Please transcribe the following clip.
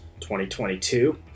2022